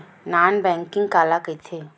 Non banking काला कइथे?